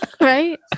right